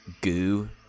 goo